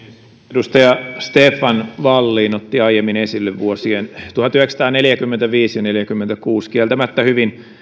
edustaja stefan wallin otti aiemmin esille vuosien tuhatyhdeksänsataaneljäkymmentäviisi ja tuhatyhdeksänsataaneljäkymmentäkuusi kieltämättä hyvin